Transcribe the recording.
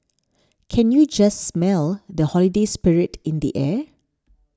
can you just smell the holiday spirit in the air